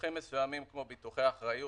ביטוחים מסוימים כמו ביטוחי אחריות,